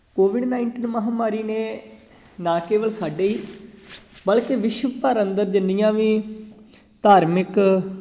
Covid nineteen ਮਹਾਮਾਰੀ ਨੇ ਨਾ ਕੇਵਲ ਸਾਡੇ ਹੀ ਬਲਕਿ ਵਿਸ਼ਵ ਭਰ ਅੰਦਰ ਜਿੰਨੀਆਂ ਵੀ ਧਾਰਮਿਕ